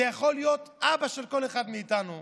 זה יכול להיות אבא של כל אחד מאיתנו,